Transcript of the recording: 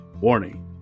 Warning